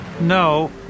No